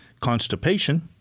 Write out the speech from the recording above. constipation